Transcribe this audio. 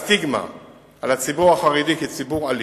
הסטיגמה של הציבור החרדי כציבור אלים,